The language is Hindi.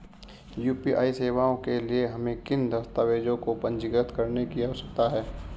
यू.पी.आई सेवाओं के लिए हमें किन दस्तावेज़ों को पंजीकृत करने की आवश्यकता है?